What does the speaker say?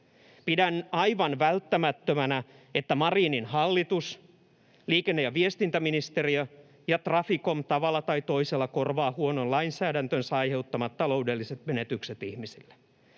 Pidän aivan välttämättömänä, että Marinin hallitus, liikenne- ja viestintäministeriö ja Traficom tavalla tai toisella korvaavat huonon lainsäädäntönsä aiheuttamat taloudelliset menetykset ihmisille.